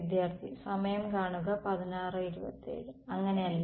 വിദ്യാർത്ഥി അങ്ങനെയല്ല